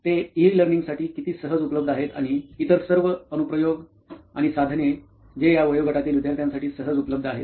ते ई लर्निंगसाठी किती सहज उपलब्ध आहेत आणि इतर सर्व अनु प्रयोग अँप्लिकेशन आणि साधने जे या वयोगटातील विद्यार्थ्यांसाठी सहज उपलब्ध आहेत